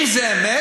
אם זה אמת,